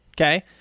okay